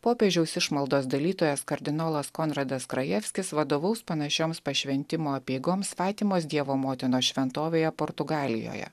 popiežiaus išmaldos dalytojas kardinolas konradas grajevskis vadovaus panašioms pašventimo apeigoms fatimos dievo motinos šventovėje portugalijoje